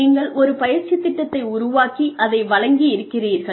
நீங்கள் ஒரு பயிற்சித் திட்டத்தை உருவாக்கி அதை வழங்கி இருக்கிறீர்கள்